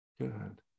Good